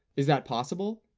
is that possible?